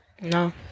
No